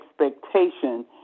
expectation